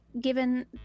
given